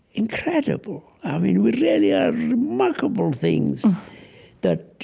incredible. i mean, we really are remarkable things that